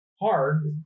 hard